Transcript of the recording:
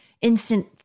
instant